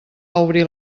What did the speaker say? obrir